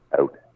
out